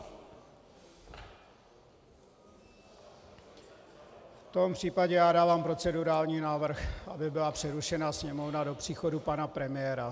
V tom případě dávám procedurální návrh, aby byla přerušena sněmovna do příchodu pana premiéra.